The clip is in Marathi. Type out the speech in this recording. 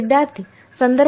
विद्यार्थीः